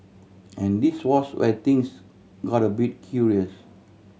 and this was where things got a bit curious